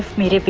ah meanie. but